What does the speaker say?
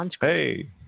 Hey